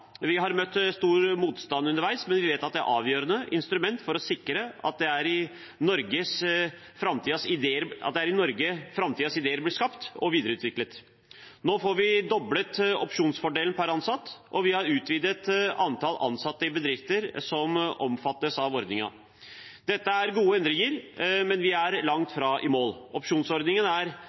møtt stor motstand underveis, men vi vet at det er et avgjørende instrument for å sikre at det er i Norge framtidens ideer blir skapt og videreutviklet. Nå får vi doblet opsjonsfordelen per ansatt, og vi har utvidet antall ansatte i bedrifter som omfattes av ordningen. Dette er gode endringer, men vi er langt fra i mål. Opsjonsordningen er